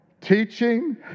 teaching